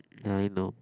ya you know